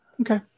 okay